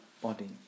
body